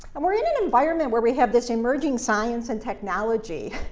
um we're in an environment where we have this emerging science and technology,